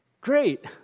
great